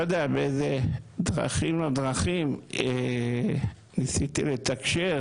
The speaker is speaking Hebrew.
לא יודע באיזה דרכים לא דרכים ניסיתי לתקשר